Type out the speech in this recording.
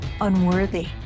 unworthy